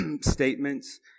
statements